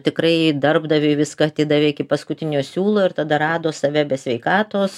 tikrai darbdaviui viską atidavė iki paskutinio siūlo ir tada rado save be sveikatos